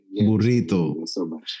burrito